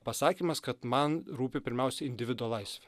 pasakymas kad man rūpi pirmiausia individo laisvė